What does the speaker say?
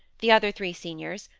the other three seniors,